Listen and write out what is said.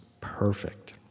perfect